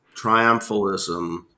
triumphalism